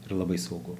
yra labai saugu